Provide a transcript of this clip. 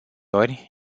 ori